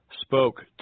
spoke